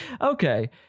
Okay